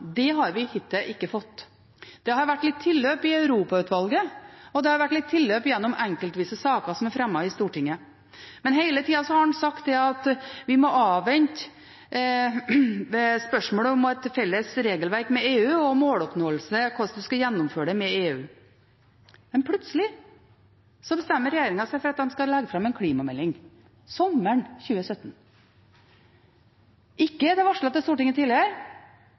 Det har vi hittil ikke fått. Det har vært litt tilløp til det i Europa-utvalget, og det har vært litt tilløp til det gjennom saker som er fremmet enkeltvis i Stortinget. Men hele tida har en sagt at vi må avvente når det gjelder spørsmål om et felles regelverk med EU og om måloppnåelse – om hvordan en skal gjennomføre det med EU. Men plutselig bestemmer regjeringen seg for at de skal legge fram en klimamelding sommeren 2017. Ikke er den varslet til Stortinget tidligere,